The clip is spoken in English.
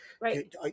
Right